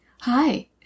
hi